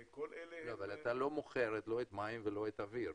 אבל אתה לא מוכר לא מים ולא אוויר.